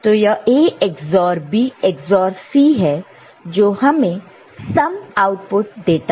तो यह A XOR B XOR C है जो हमें सम आउटपुट देता है